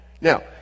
Now